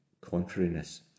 contrariness